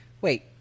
Wait